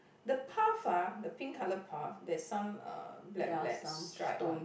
the path ah the pink colour path there's some uh black black stripe on